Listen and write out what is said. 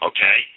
Okay